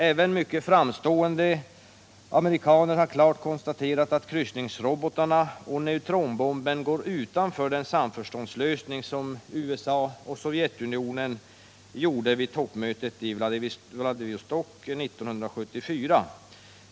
Även mycket framstående amerikaner har klart konstaterat att kryssningsrobotarna och neutronbomben går utanför den samförståndslösning som USA och Sovjetunionen kom fram till vid toppmötet i Vladivostok 1974.